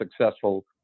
successful